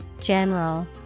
general